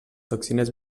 toxines